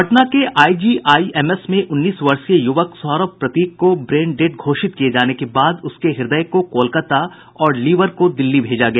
पटना के आईजीआईएमएस में उन्नीस वर्षीय युवक सौरभ प्रतीक को ब्रेन डेड घोषित किये जाने के बाद उसके हृदय को कोलकता और लीवर को दिल्ली भेजा गया